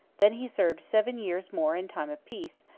then he served seven years more in time of peace,